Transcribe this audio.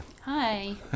Hi